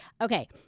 Okay